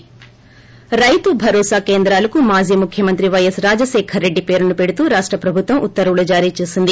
రైతు భరోసా కేంద్రాలు రైతు భరోసా కేంద్రాలకు మాజీ ముఖ్యమంత్రి వైఎస్ రాజశేఖర్ రెడ్డి పేరును పెడుతూ రాష్ట ప్రభుత్వం ఉత్తర్వులు జారీ చేసింది